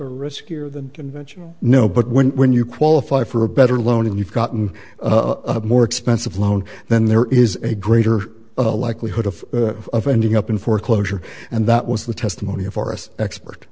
are riskier than conventional no but when when you qualify for a better loan and you've gotten more expensive loan then there is a greater likelihood of of ending up in foreclosure and that was the testimony of forest expert